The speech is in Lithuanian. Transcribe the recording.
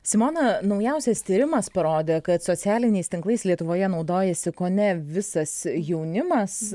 simona naujausias tyrimas parodė kad socialiniais tinklais lietuvoje naudojasi kone visas jaunimas